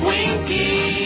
Winky